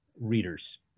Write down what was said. readers